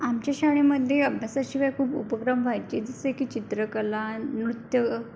आमच्या शाळेमध्ये अभ्यासाशिवाय खूप उपक्रम व्हायचे जस की चित्रकला नृत्य